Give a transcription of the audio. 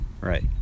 right